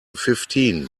fifteen